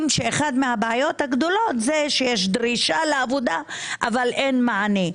שאחת מהבעיות הגדולות זה שיש דרישה לעבודה אבל אין מענה.